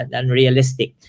unrealistic